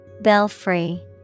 Belfry